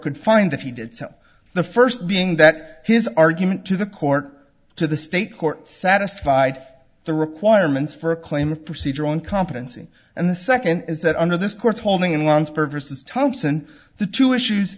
could find that he did so the first being that his argument to the court to the state court satisfied the requirements for a claim of procedural incompetency and the second is that under this court's holding in one's purposes thompson the two issues